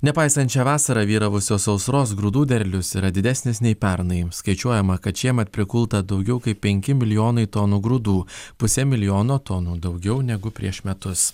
nepaisant šią vasarą vyravusios sausros grūdų derlius yra didesnis nei pernai skaičiuojama kad šiemet prikulta daugiau kaip penki milijonai tonų grūdų puse milijono tonų daugiau negu prieš metus